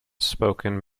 spoken